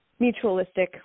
mutualistic